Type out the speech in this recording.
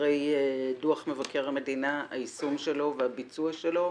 אחרי דוח מבקר המדינה, היישום שלו והביצוע שלו.